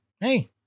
hey